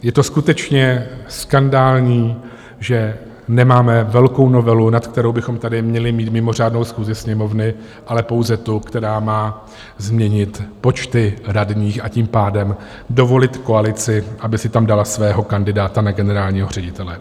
Je to skutečně skandální, že nemáme velkou novelu, na kterou bychom tady měli mít mimořádnou schůzi Sněmovny, ale pouze tu, která má změnit počty radních, a tím pádem dovolit koalici, aby si tam dala svého kandidáta na generálního ředitele.